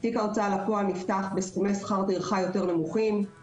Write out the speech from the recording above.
תיק ההוצאה לפועל נפתח בסכומי שכר טרחה יותר נמוכים,